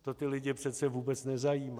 To ty lidi přece vůbec nezajímá.